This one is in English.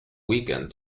weekend